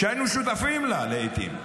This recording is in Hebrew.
שהיינו שותפים לה לעיתים,